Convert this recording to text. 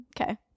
Okay